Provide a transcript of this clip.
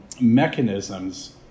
mechanisms